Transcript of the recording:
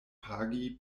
pagi